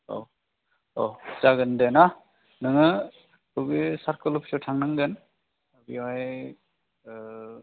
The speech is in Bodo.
औ औ जागोन दे ना नोङो बे सार्कोल अफिसाव थांनांगोन बेवहाय